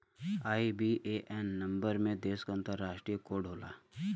IBAN number में देश क अंतरराष्ट्रीय कोड होला